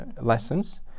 lessons